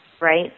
right